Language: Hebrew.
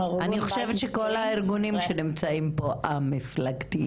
אני חושבת שכל הארגונים שנמצאים פה הם א-מפלגתיים.